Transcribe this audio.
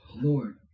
Lord